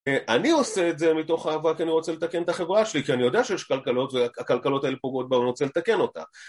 אני עושה את זה מתוך אהבה כי אני רוצה לתקן את החברה שלי כי אני יודע שיש כלכלות והכלכלות האלה פוגעות בה ואני רוצה לתקן אותה